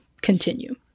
continue